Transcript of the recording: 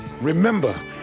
Remember